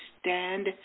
stand